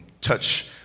touch